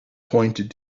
pointed